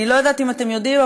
אני לא יודעת אם אתם יודעים,